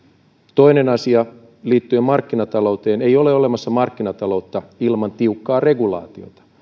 toinen asia liittyen markkinatalouteen ei ole olemassa markkinataloutta ilman tiukkaa regulaatiota